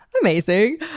amazing